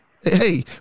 hey